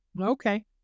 Okay